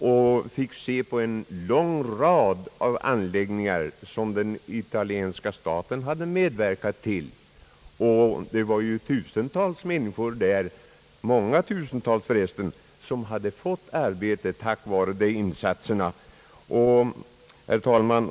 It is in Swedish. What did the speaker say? Vi fick se en lång rad anläggningar som italienska staten hade medverkat till. Det var många tusentals människor som där hade fått arbete tack vare dessa insatser. Herr talman!